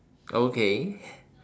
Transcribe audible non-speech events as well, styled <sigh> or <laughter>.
okay <breath>